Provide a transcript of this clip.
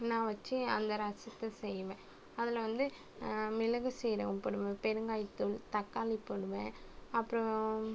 நான் வச்சு அந்த ரசத்தை செய்வேன் அதில் வந்து மிளகு சீரகம் போடுவேன் பெருங்காய் தூள் தக்காளி போடுவேன் அப்புறம்